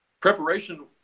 Preparation